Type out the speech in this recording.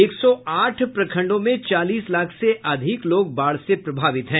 एक सौ आठ प्रखंडों में चालीस लाख से अधिक लोग बाढ़ से प्रभावित हैं